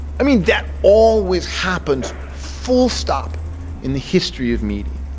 i mean that always happens full stop in the history of media.